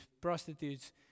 prostitutes